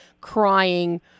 crying